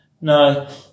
no